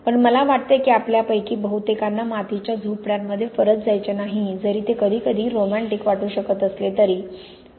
पण मला वाटते की आपल्यापैकी बहुतेकांना मातीच्या झोपड्यांमध्ये परत जायचे नाही जरी ते कधीकधी रोमँटिक वाटू शकते